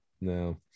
no